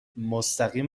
مستقیم